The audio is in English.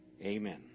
Amen